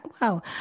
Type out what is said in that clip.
Wow